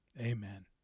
Amen